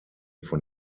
von